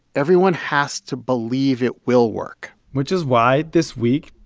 everyone has to believe it will work which is why this week,